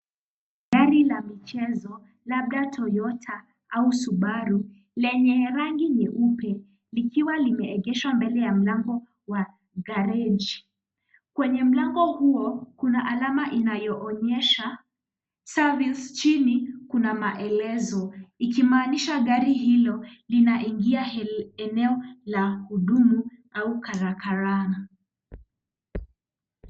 Gari la michezo labda Toyota au subaru lenye rangi nyeupe likiwa limeegeshwa mbele ya mlango wa garage . Kwenye mlango huo kuna alama inayoonyesha service chini kuna maelezo ikimaanisha gari hilo linaingia eneo la huduma au karakana.